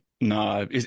No